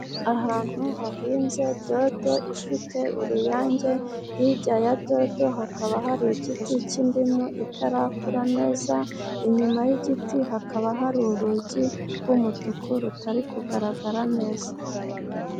Ahantu hahinze dodo ifite uruyange, hirya ya dodo hakaba hari igiti k'indimu itarakura neza, inyuma y'igiti hakaba hari urugi rw'umutuku rutari kugaragara neza.